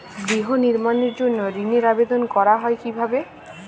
গৃহ নির্মাণের জন্য ঋণের আবেদন করা হয় কিভাবে?